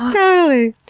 totally.